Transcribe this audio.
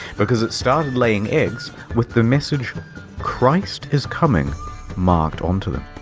because it started laying eggs with the message christ is coming marked onto them.